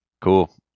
Cool